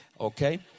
Okay